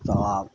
तब आब